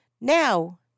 now